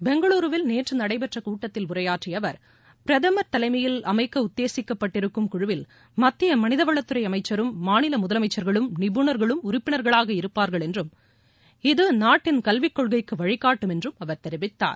பெங்களூருவில் நேற்று நடைபெற்ற கூட்டத்தில் உரையாற்றிய அவர் பிரதமர் தலைமையில் அமைக்க உத்தேசிக்கப்பட்டிருக்கும் குழுவில் மத்திய மனிதவளத்துறை அமைச்சரும் மாநில முதலமைச்சர்களும் நிபுணர்களும் உறுப்பினர்களாக இருப்பார்கள் என்றும் இது நாட்டின் கல்விக்கொள்கைக்கு வழிகாட்டும் என்றும் அவர் தெரிவித்தார்